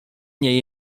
nie